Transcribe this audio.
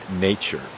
nature